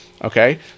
Okay